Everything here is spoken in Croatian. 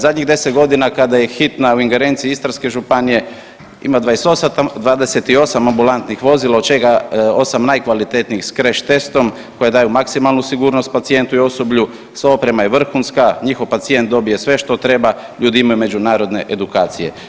Zadnjih 10 godina kada je hitna u ingerenciji Istarske županije ima 28 ambulantnih vozila od čega osam najkvalitetnijih s crash testom koja daju maksimalnu sigurnost pacijentu i osoblju, sva oprema je vrhunska, njihov pacijent dobije sve što treba, ljudi imaju međunarodne edukacije.